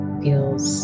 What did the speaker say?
feels